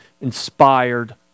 inspired